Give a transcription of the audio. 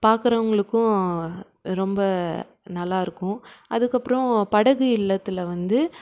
பார்க்குறவுங்களுக்கும் ரொம்ப நல்லாயிருக்கும் அதுக்கப்பறம் படகு இல்லத்தில் வந்து